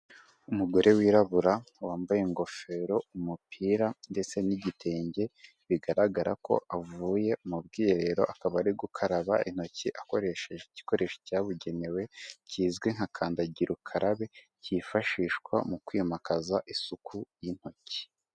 Umugore wirabura, wambaye ingofero, umupira ndetse n'igitenge, bigaragara ko avuye mu bwiherero, akaba ari gukaraba intoki, akoresheje igikoresho cyabugenewe, kizwi nka kandagirukarabe, kifashishwa mu kwimakaza isuku y'intoki.